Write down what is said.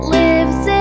lives